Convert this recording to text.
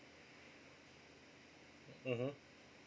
mmhmm